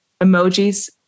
emojis